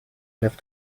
left